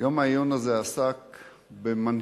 יום העיון הזה עסק במנהיגות,